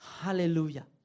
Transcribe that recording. Hallelujah